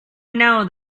know